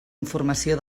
informació